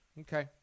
Okay